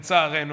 לצערנו.